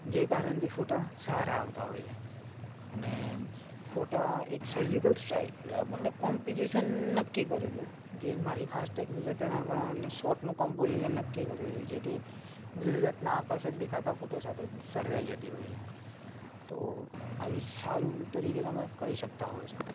જે કારણથી ફોટા સારા આવતા હોય છે અને ફોટા એક સર્જિકલ સ્ટ્રાઈક મતલબ કોમ્પોઝીશન નક્કી કરે છે જે મારી ખાસ ટેકનીક છે તેના કારણે શોટનું કોમ્પોઝીશન નક્કી કરે છે જેથી વ્યુઅર્સને આકર્ષક દેખાતા ફોટો સાથે સર્જાઈ જતી હોય છે તો આવી સારું તરીકે તમે કરી શકતા હો છો